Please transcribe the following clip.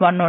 ഉണ്ട്